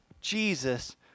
Jesus